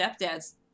stepdad's